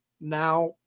now